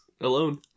alone